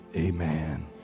amen